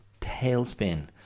tailspin